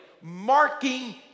marking